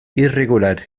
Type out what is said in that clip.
irregular